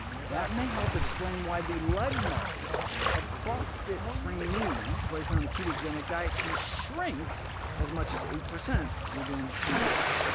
that may help explain why the leg muscles of crossfit trainees placed on a ketogenic diet can shrink as much as eight percent within two months.